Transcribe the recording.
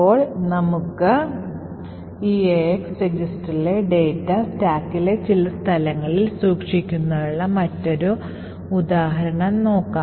ഇപ്പോൾ നമുക്ക് eax രജിസ്റ്ററിലെ ഡാറ്റ സ്റ്റാക്കിലെ ചില സ്ഥലങ്ങളിൽ സൂക്ഷിക്കുന്നതിനുള്ള മറ്റൊരു ഉദാഹരണം നോക്കാം